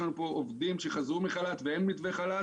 יש לנו פה עובדים שחזרו מחל"ת ואין מתווה חל"ת.